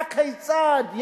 הכיצד?